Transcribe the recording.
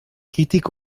kritiek